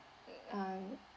um